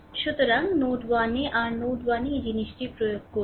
সুতরাং নোড 1 এ r node 1 এই জিনিসটি প্রয়োগ করুন